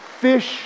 Fish